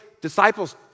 disciples